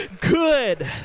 good